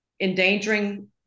endangering